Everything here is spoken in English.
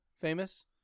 famous